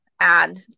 add